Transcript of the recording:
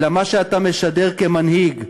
אלא מה שאתה משדר כמנהיג.